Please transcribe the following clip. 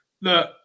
Look